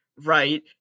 Right